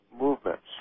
movements